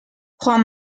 juan